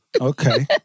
Okay